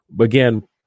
again